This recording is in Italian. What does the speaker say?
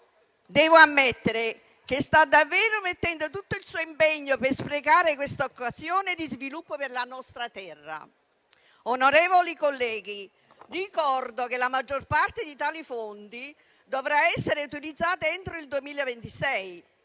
Devo ammettere che sta davvero mettendo tutto il suo impegno per sprecare questa occasione di sviluppo per la nostra terra. Onorevoli colleghi, ricordo che la maggior parte di tali fondi dovrà essere utilizzata entro il 2026,